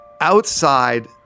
outside